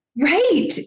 right